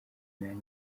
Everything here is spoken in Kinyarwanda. nanjye